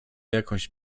jakąś